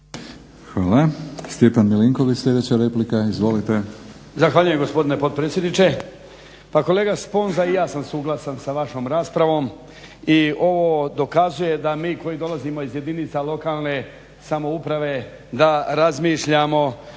Hvala. Stjepan Milinković, sljedeća replika. Izvolite. **Milinković, Stjepan (HDZ)** Zahvaljujem gospodine potpredsjedniče. Pa kolega Sponza i ja sam suglasan sa vašom raspravom i ovo dokazuje da mi koji dolazimo iz jedinica lokalne samouprave da razmišljamo